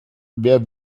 wer